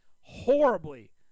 horribly